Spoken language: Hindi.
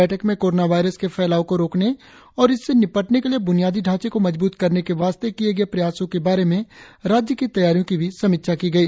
बैठक में कोरोना वायरस के फैलाव को रोकने और इससे निपटने के लिए ब्नियादी ढांचे को मजबूत करने के वास्ते किए गए प्रयासों के बारे में राज्य की तैयारियों की भी समीक्षा की गई